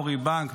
אורי בנק,